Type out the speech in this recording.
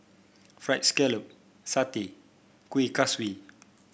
fried scallop satay Kuih Kaswi